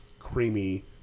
creamy